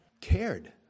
cared